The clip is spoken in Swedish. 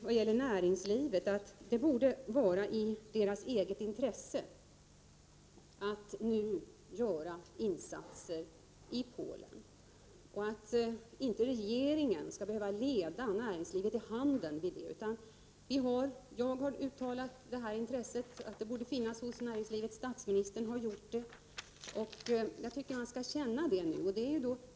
Vad gäller näringslivet tycker jag att det borde vara i dess eget intresse att nu göra insatser i Polen och att regeringen inte skall behöva leda näringslivet i handen därvidlag. Jag har uttalat att det borde finnas ett intresse i näringslivet, och även statsministern har gjort det, så nu borde man börja känna till det.